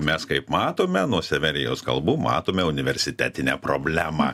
mes kaip matome nuo severijos kalbų matome universitetinę problemą